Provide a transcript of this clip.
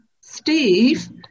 steve